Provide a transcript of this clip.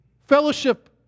fellowship